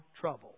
trouble